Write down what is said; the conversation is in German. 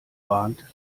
warnt